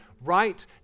right